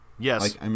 Yes